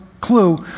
clue